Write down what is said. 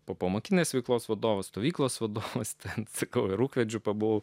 popamokinės veiklos vadovas stovyklos vadu ten sakau ir ūkvedžiu pabuvau